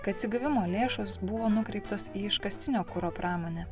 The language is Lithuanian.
kai atsigavimo lėšos buvo nukreiptos į iškastinio kuro pramonę